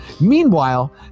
Meanwhile